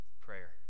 prayer